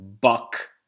buck